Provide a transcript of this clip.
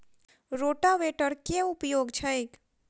रोटावेटरक केँ उपयोग छैक?